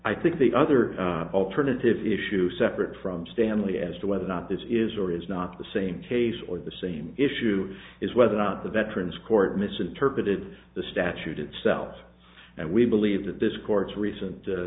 i think the other alternative issue separate from stanley as to whether or not this is or is not the same case or the same issue is whether or not the veterans court misinterpreted the statute itself and we believe that this court's recent